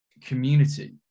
community